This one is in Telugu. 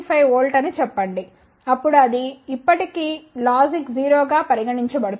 5V అని చెప్పండి అప్పుడు అది ఇప్పటి కీ లాజిక్ 0 గా పరిగణించబడుతుంది